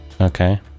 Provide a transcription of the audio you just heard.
okay